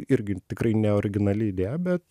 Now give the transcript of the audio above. irgi tikrai ne originali idėja bet